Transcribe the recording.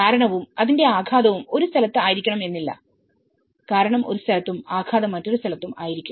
കാരണവും അതിന്റെ ആഘാതവും ഒരു സ്ഥലത്ത് ആയിരിക്കണം എന്നില്ല കാരണം ഒരു സ്ഥലത്തും ആഘാതം മറ്റൊരു സ്ഥലത്തും ആയിരിക്കും